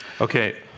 Okay